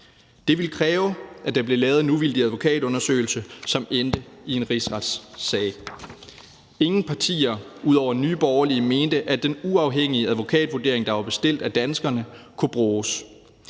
Det ville kræve, at der blev lavet en uvildig advokatundersøgelse, som endte i en rigsretssag. Kl. 16:41 Ingen partier ud over Nye Borgerlige mente, at den uafhængige advokatvurdering, der var bestilt af danskerne, kunne bruges.